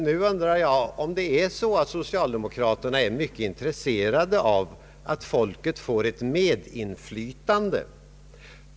Nu undrar jag om det är så att socialdemokraterna är mycket intresserade av att folket får ett medinflytande.